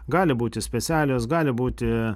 gali būti specialios gali būti